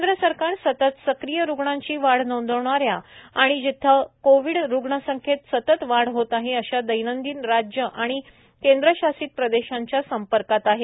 केंद्र सरकार सतत सक्रीय रुग्णांची वाढ नोंदविणाऱ्या आणि जेथे कोविड रूग्णसंख्येत सतत वाढ होत आहे अशा दैनंदिन राज्येकेंद्रशासित प्रदेशांच्या संपर्कात आहे